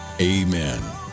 amen